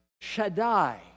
Shaddai